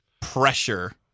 pressure